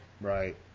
right